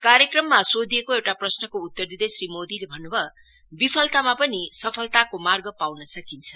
कार्यक्रममा सोधिएको एउटा प्रश्नको उत्तर दिँदै श्री मोदीले भन्न भयो विफलतामा पनि सफलताको मार्ग पाउन सकिन्छ